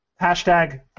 Hashtag